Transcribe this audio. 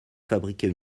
fabriquer